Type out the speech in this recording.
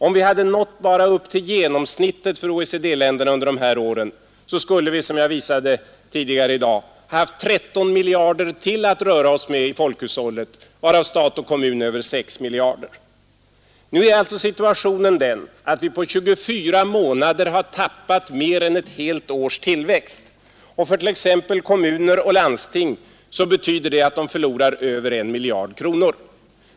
Om vi bara hade nått upp till genomsnittet för OECD-länderna under dessa år, skulle vi, som jag tidigare i dag visade, haft ytterligare 13 miljarder kronor att röra oss med i folkhushållet, varav stat och kommuner skulle haft över 6 miljarder. Nu är alltså situationen den att vi på 24 månader har tappat mer än ett helt års tillväxt. För t.ex. kommuner och landsting betyder detta att de förlorar över en miljard kronor.